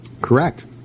Correct